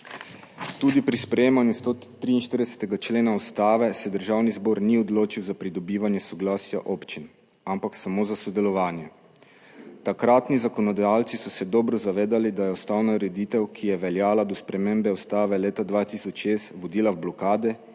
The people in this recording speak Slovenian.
Tudi pri sprejemanju 143. člena Ustave se Državni zbor ni odločil za pridobivanje soglasja občin, ampak samo za sodelovanje. Takratni zakonodajalci so se dobro zavedali, da je ustavna ureditev, ki je veljala do spremembe Ustave leta 2006 vodila v blokade